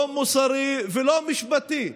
לא מוסרי ולא משפטי,